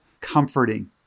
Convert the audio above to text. comforting